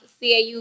CAU